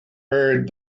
heard